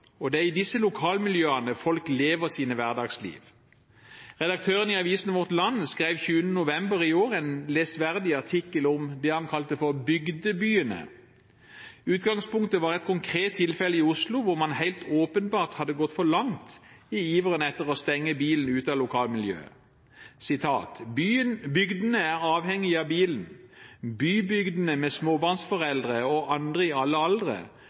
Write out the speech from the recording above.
og det er i disse lokalmiljøene folk lever sine hverdagsliv. Redaktøren i avisen Vårt Land skrev 20. november i år en lesverdig artikkel om det han kalte for «bybygdene». Utgangspunktet var et konkret tilfelle i Oslo hvor man helt åpenbart hadde gått for langt i iveren etter å stenge bilen ute fra lokalmiljøet: «Bygdene er avhengig av bilen – bybygdene med småbarnsforeldre og andre i alle aldre,